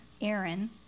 Aaron